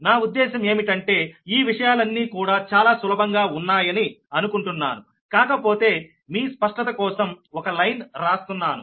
నా ఉద్దేశం ఏమిటంటే ఈ విషయాలన్నీ కూడా చాలా సులభంగా ఉన్నాయని అనుకుంటున్నానుకాకపోతే మీ స్పష్టత కోసం ఒక లైన్ రాస్తున్నాను